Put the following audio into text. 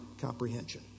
comprehension